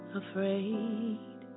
afraid